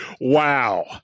Wow